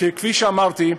כפי שאמרתי,